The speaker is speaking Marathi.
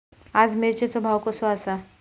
आज मिरचेचो भाव कसो आसा?